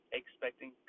expecting